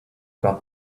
got